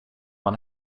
man